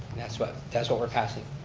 that's what that's what we're passing?